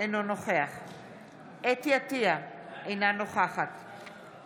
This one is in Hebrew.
אינו נוכח חוה אתי עטייה, אינה נוכחת יצחק